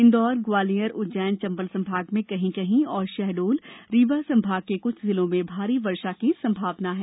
इंदौर ग्वालियर उज्जैन चंबल संभाग में कहीं कहीं और शहडोल रीवा संभाग के कुछ जिलों भारी वर्षा की संभावना है